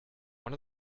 one